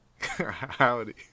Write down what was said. Howdy